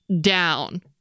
down